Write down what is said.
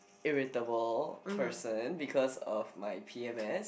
irritable person because of my p_m_s